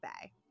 bay